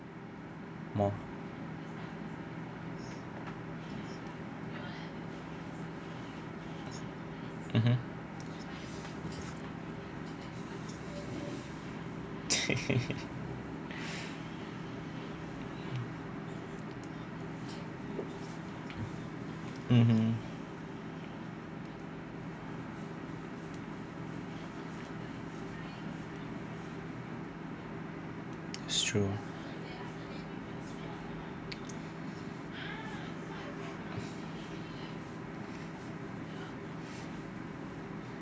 more mmhmm mmhmm it's true